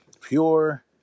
pure